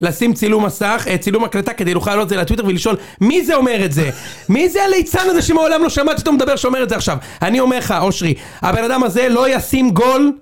לשים צילום מסך, צילום הקלטה, כדי שנוכל לעלות את זה לטוויטר ולשאול מי זה אומר את זה? מי זה הליצן הזה שמעולם לא שמעתי אותו מדבר שאומר את זה עכשיו? אני אומר לך, אושרי, הבן אדם הזה לא ישים גול